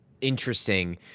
interesting